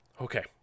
Okay